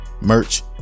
merch